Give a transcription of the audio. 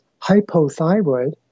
hypothyroid